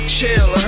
Chill